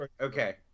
Okay